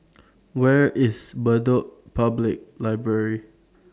Where IS Bedok Public Library